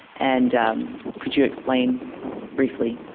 and could you explain briefly?